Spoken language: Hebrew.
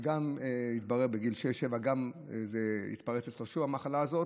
התברר שבגיל שש-שבע התפרצה גם אצלו המחלה הזאת.